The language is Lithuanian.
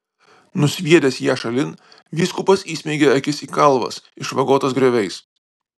nusviedęs ją šalin vyskupas įsmeigė akis į kalvas išvagotas grioviais